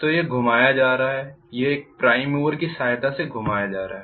तो यह घुमाया जा रहा है यह एक प्राइम मूवर की सहायता से घुमाया जा रहा है